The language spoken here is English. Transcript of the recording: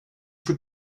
for